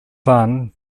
son